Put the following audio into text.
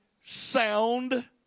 sound